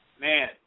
Man